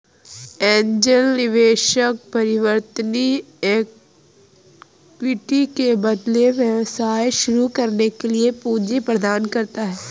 angel निवेशक परिवर्तनीय equity के बदले व्यवसाय शुरू करने के लिए पूंजी प्रदान करता है